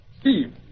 Steve